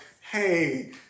hey